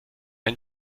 ein